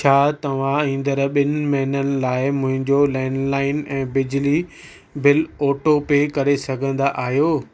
छा तव्हां ईंदड़ु ॿिनि महिननि लाए मुंहिंजो लैंडलाइन ऐं बिजली बिल ऑटोपे करे सघंदा आहियो